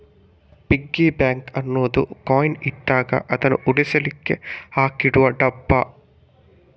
piggy bank ಅನ್ನುದು coin ಇದ್ದಾಗ ಅದನ್ನು ಉಳಿಸ್ಲಿಕ್ಕೆ ಹಾಕಿಡುವ ಡಬ್ಬ